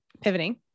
Pivoting